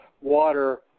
water